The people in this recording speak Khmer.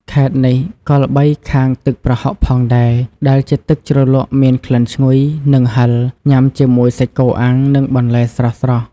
ខេត្តនេះក៏ល្បីខាងទឹកប្រហុកផងដែរ ដែលជាទឹកជ្រលក់មានក្លិនឈ្ងុយ និងហិរ ញ៉ាំជាមួយសាច់គោអាំង និងបន្លែស្រស់ៗ។